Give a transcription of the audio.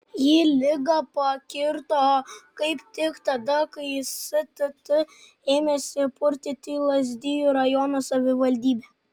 jį liga pakirto kaip tik tada kai stt ėmėsi purtyti lazdijų rajono savivaldybę